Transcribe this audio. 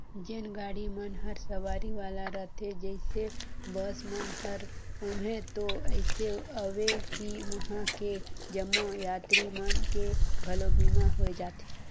जेन गाड़ी मन हर सवारी वाला रथे जइसे बस मन हर ओम्हें तो अइसे अवे कि वंहा के जम्मो यातरी मन के घलो बीमा होय जाथे